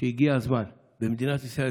שהגיע הזמן במדינת ישראל,